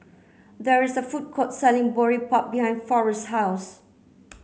there is a food court selling Boribap behind Forest's house